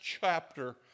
chapter